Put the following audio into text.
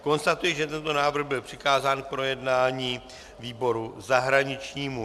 Konstatuji, že tento návrh byl přikázán k projednání výboru zahraničnímu.